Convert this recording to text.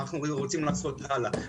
מה אנחנו רוצים לעשות הלאה.